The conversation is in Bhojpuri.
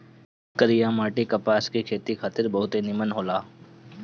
करिया माटी कपास के खेती खातिर बहुते निमन होला